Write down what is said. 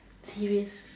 serious